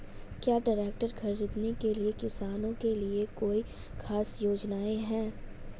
क्या ट्रैक्टर खरीदने के लिए किसानों के लिए कोई ख़ास योजनाएं हैं?